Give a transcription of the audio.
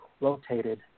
Rotated